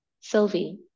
Sylvie